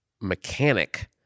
mechanic